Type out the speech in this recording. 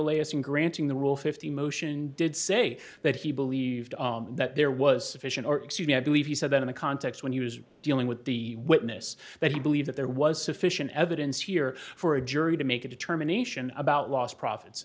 and granting the rule fifty motion did say that he believed that there was sufficient or excuse me i believe he said that in the context when he was dealing with the witness that he believed that there was sufficient evidence here for a jury to make a determination about lost profits